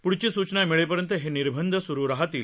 पुढची सूचना मिळेपर्यंत हे निर्बंध सुरु राहतील